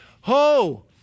Ho